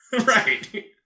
Right